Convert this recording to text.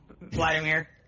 Vladimir